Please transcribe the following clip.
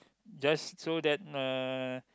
just so that uh